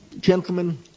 gentlemen